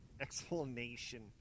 explanation